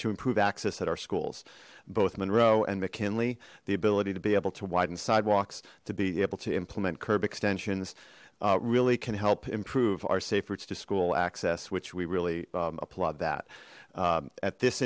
to improve access at our schools both monroe and mckinley the ability to be able to widen sidewalks to be able to implement curb extensions uh really can help improve our safe routes to school access which we really applaud that at this